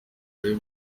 arebe